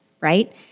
right